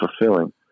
fulfilling